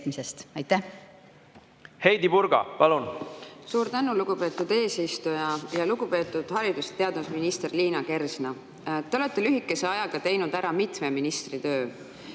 Heidy Purga, palun!